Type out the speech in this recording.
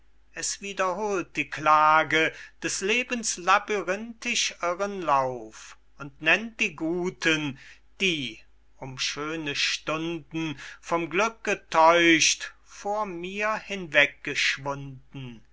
es wiederholt die klage des lebens labyrinthisch irren lauf und nennt die guten die um schöne stunden vom glück getäuscht vor mir